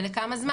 ולכמה זמן.